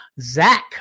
Zach